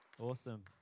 Awesome